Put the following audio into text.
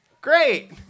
great